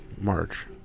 March